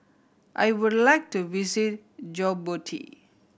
I would like to visit Djibouti